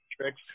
tricks